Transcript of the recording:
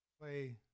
play